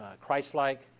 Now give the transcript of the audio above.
Christ-like